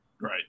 Right